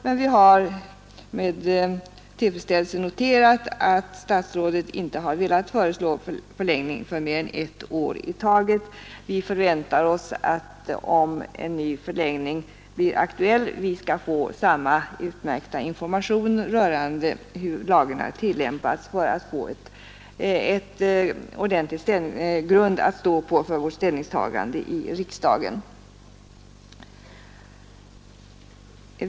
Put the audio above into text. Men vi har med tillfredsställelse noterat att statsrådet inte har velat föreslå förlängning för mer än ett år i taget. Vi förväntar oss att, om en ny förlängning blir aktuell, vi skall få samma utmärkta information rörande hur lagen har tillämpats för att få en ordentlig grund att stå på för vårt ställningstagande i riksdagen.